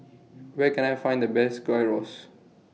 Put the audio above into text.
Where Can I Find The Best Gyros